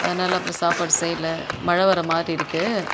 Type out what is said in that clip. அதனால அப்புறம் சாப்பாடு செய்யலை மழை வர மாதிரி இருக்குது